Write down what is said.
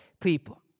people